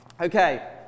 Okay